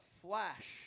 flash